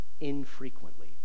infrequently